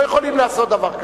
לא יכולים לעשות דבר כזה.